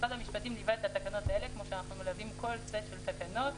משרד המשפטים ליווה את התקנות האלה כמו שאנחנו מלווים כל סט של תקנות.